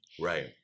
Right